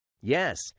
Yes